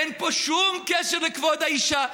אין פה שום קשר לכבוד האישה.